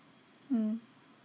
mm